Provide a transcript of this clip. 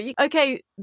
Okay